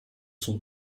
son